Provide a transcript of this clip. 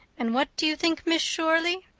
and what do you think, miss shirley?